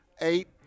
eight